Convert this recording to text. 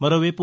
మరోవైపు